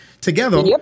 together